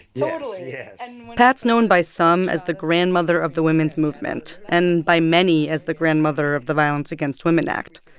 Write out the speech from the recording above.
yeah and pat's known by some as the grandmother of the women's movement and by many as the grandmother of the violence against women act.